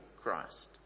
christ